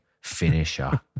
Finisher